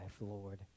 lord